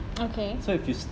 okay